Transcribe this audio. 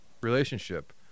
relationship